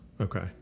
okay